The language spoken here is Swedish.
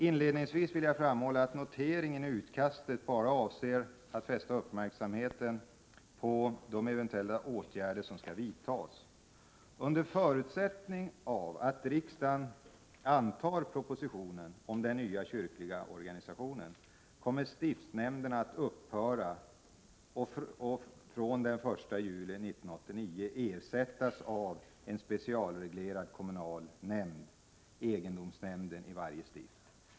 Inledningsvis vill jag framhålla att noteringen i utkastet bara avser att fästa uppmärksamheten på de eventuella åtgärder som skall vidtas. Under förutsättning att riksdagen antar propositionen om den nya kyrkliga organisationen kommer stiftsnämnderna att upphöra och från den 1 juli 1989 ersättas av en specialreglerad kommunal nämnd — egendomsnämnden — i varje stift.